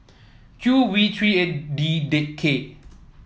Q V three eight D K